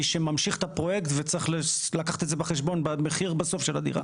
מי שממשיך את הפרויקט וצריך לקחת את זה בחשבון במחיר בסוף של הדירה.